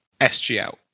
SGL